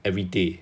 everyday